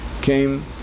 came